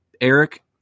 Eric